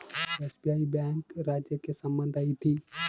SBI bank ರಾಜ್ಯಕ್ಕೆ ಸಂಬಂಧ ಐತಿ